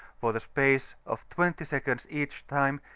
for the space of twenty seconds each time,